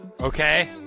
Okay